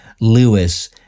Lewis